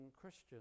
Christian